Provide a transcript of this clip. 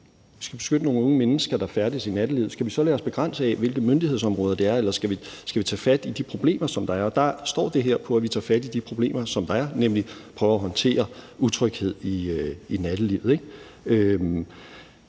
Vi skal beskytte nogle unge mennesker, der færdes i nattelivet, og skal vi så lade os begrænse af, hvilke myndighedsområder der er tale om, eller skal vi tage fat i de problemer, der er? Og der står det her på, at vi tager fat i de problemer, der er, nemlig prøver at håndtere utryghed i nattelivet.